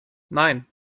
nein